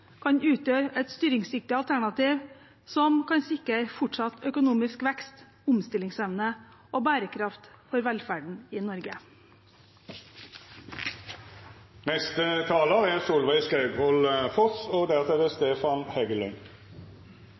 kan utgjøre et styringsdyktig alternativ som kan sikre fortsatt økonomisk vekst, omstillingsevne og bærekraft for velferden i Norge. Jeg har selv aldri vært flink på rutiner. Jeg forsover meg altfor ofte og